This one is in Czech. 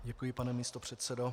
Děkuji, pane místopředsedo.